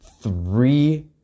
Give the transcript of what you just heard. three